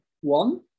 one